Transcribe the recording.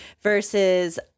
versus